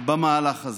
במהלך הזה.